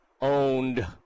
owned